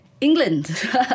England